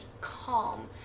calm